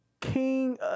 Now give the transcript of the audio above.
King